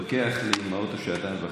לוקח לי עם האוטו שעתיים וחצי,